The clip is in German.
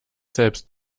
selbst